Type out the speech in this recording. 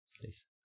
please